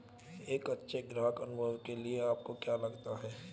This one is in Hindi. एक अच्छे ग्राहक अनुभव के लिए आपको क्या लगता है?